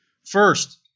First